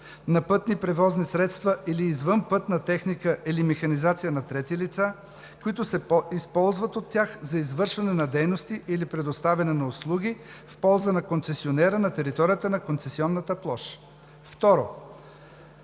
на пътни превозни средства или извънпътна техника или механизация на трети лица, които се използват от тях за извършване на дейности или предоставяне на услуги в полза на концесионера на територията на концесионната площ; 2.